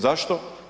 Zašto?